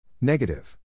Negative